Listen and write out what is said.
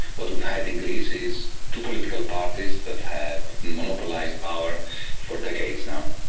what we've had in greece is two political parties that have monopolised power for decades now.